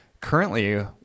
currently